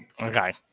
Okay